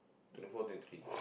twenty four twenty three